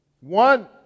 One